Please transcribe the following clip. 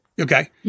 Okay